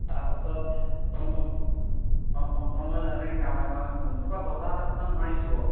তাৰপাছত অঁ টমটম অঁ টমটম লৈ এনেকৈ গাঁৱে গাঁৱে ঘূৰোঁ নতুবা বজাৰত আপোনাৰ নোৱাৰিছোঁ আৰু